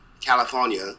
California